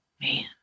man